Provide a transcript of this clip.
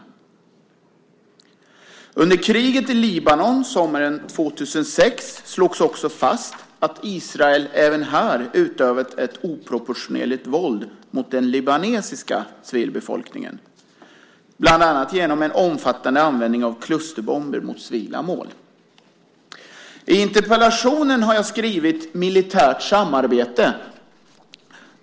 Under kriget i Libanon sommaren 2006 slogs också fast att Israel även här utövat ett oproportionerligt våld mot den libanesiska civilbefolkningen, bland annat genom en omfattande användning av klusterbomber mot civila mål. I interpellationen har jag skrivit "militärt samarbete".